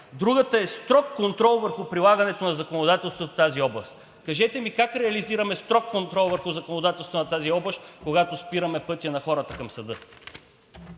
Другата е строг контрол върху прилагането на законодателството в тази област. Кажете ми как реализираме строг контрол върху законодателството на тази област, когато спираме пътя на хората към съда?